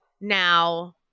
now